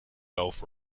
golf